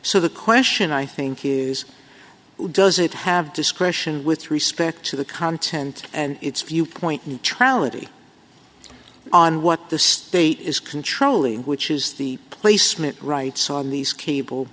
so the question i think is does it have discretion with respect to the content and its viewpoint neutrality on what the state is controlling which is the placement rights on these cable